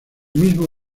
mismo